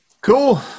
cool